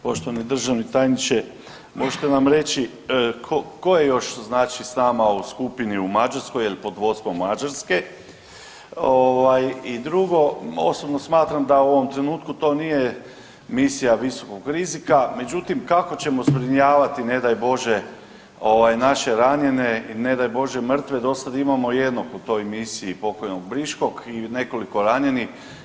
Poštovani državni tajniče možete nam reći tko je još znači s nama u skupini u Mađarskoj ili pod vodstvom Mađarske ovaj i drugu osobno smatram da u ovom trenutku to nije misija visokog rizika, međutim kako ćemo zbrinjavati ne daj Bože ovaj naše ranjene i ne daj Bože mrtve, dosada imamo jednog u toj misiji pokojnog Briškog i nekoliko ranjenih.